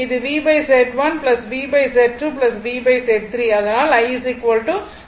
இது VZ1 VZ2 VZ3 அதனால் IY1 Y2 Y3 V ஆகும்